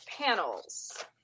panels